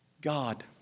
God